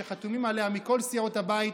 שחתומים עליה מכל סיעות הבית,